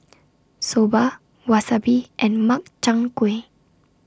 Soba Wasabi and Makchang Gui